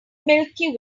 milky